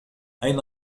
أين